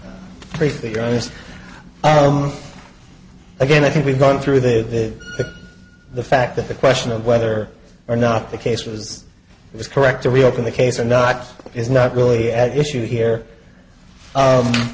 don't again i think we've gone through the the fact that the question of whether or not the case was it was correct to reopen the case or not is not really at issue here